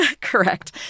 Correct